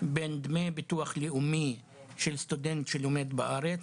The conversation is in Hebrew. בין דמי ביטוח לאומי של סטודנט שלומד בארץ